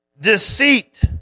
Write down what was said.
deceit